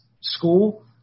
school